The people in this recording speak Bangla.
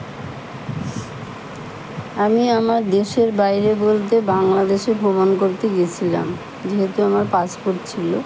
আমি আমার দেশের বাইরে বলতে বাংলাদেশে ভ্রমণ করতে গেছিলাম যেহেতু আমার পাসপোর্ট ছিলো